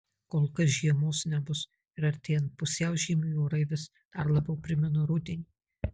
kol kas žiemos nebus ir artėjant pusiaužiemiui orai vis dar labiau primena rudenį